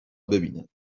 ببیند